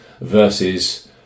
versus